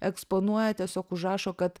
eksponuoja tiesiog užrašo kad